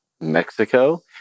Mexico